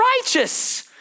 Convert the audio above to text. righteous